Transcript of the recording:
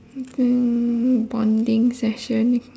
mm bonding session